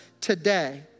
today